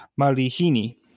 Marihini